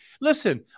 Listen